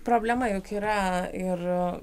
problema juk yra ir